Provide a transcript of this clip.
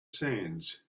sands